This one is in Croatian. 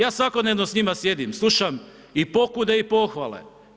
Ja svakodnevno s njima sjedim, slušam i pokude i pohvale.